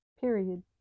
period